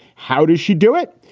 how does she do it?